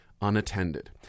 unattended